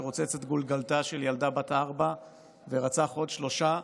שרוצץ את גולגלתה של ילדה בת ארבע ורצח עוד שלושה,